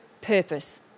purpose